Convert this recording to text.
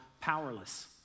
powerless